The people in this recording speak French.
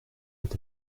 est